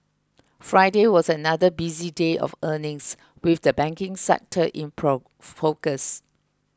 Friday was another busy day of earnings with the banking sector in pro focus